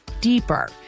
deeper